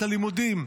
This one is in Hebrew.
את הלימודים,